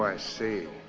ah see.